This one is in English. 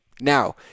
Now